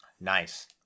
Nice